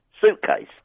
suitcase